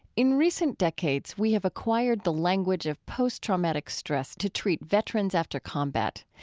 in recent decades, we have acquired the language of post-traumatic stress to treat veterans after combat.